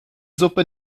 suppe